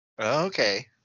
Okay